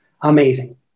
amazing